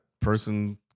person